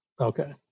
Okay